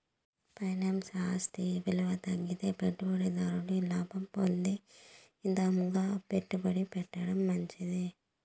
ఫైనాన్స్ల ఆస్తి ఇలువ తగ్గితే పెట్టుబడి దారుడు లాభం పొందే ఇదంగా పెట్టుబడి పెట్టడం మంచిది